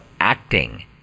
acting